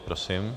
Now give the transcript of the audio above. Prosím.